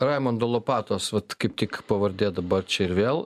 raimundo lopatos vat kaip tik pavardė dabar čia ir vėl